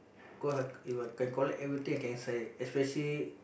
cause have if can collect everything I can sell it especially